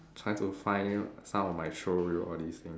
try to find some of my showreel all these things